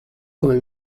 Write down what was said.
come